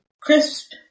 crisp